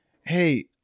Hey